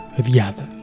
adiada